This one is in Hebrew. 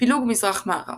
פילוג מזרח-מערב